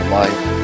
life